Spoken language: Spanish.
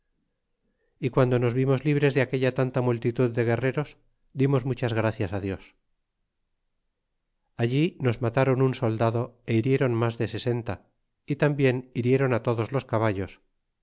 y quando nos vimos libres de aquella tanta multitud de guerreros dimos muchas gracias dios allí nos matron un soldado é hirieron mas de sesenta y tambien hirieron todos los caballos